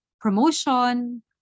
promotion